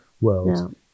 world